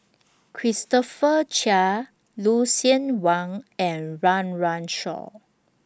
Christopher Chia Lucien Wang and Run Run Shaw